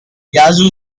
yazoo